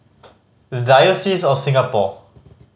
The Diocese of Singapore